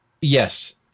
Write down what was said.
Yes